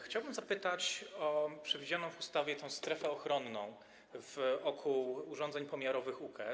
Chciałbym zapytać o przewidzianą w ustawie strefę ochronną wokół urządzeń pomiarowych UKE.